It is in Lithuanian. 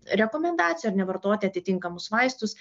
rekomendacijų ar ne vartoti atitinkamus vaistus